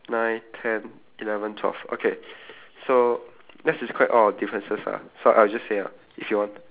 so one two three four five six seven eight nine ten eleven twelve okay